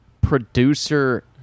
producer